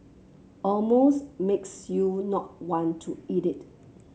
almost makes you not want to eat it